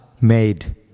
made